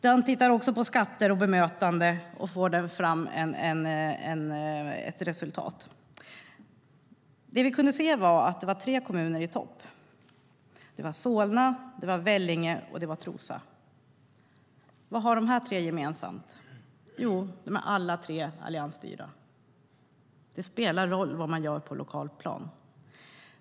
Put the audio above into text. Man har också tittat på skatter och bemötande. Det framgick att tre kommuner var i topp, nämligen Solna, Vellinge och Trosa. Vad har de tre kommunerna gemensamt? Jo, de är alla tre alliansstyrda. Det spelar roll vad man gör på det lokala planet.